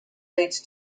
leads